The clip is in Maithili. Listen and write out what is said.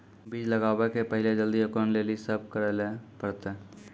बीज लगावे के पहिले जल्दी अंकुरण लेली की सब करे ले परतै?